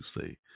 say